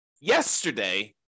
yesterday